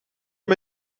heb